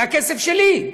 מהכסף שלי.